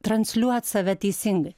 transliuot save teisingai